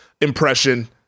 impression